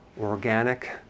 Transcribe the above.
organic